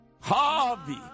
Harvey